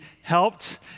helped